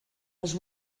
les